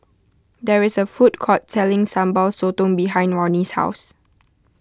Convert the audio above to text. there is a food court selling Sambal Sotong behind Ronnie's house